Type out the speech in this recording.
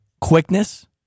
quickness